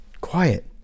quiet